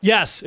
Yes